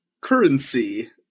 currency